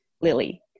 lily